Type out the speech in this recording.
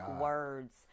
words